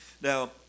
Now